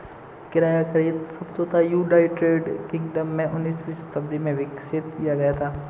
किराया खरीद समझौता यूनाइटेड किंगडम में उन्नीसवीं शताब्दी में विकसित किया गया था